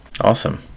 Awesome